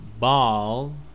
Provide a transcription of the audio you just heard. Ball